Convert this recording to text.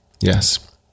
yes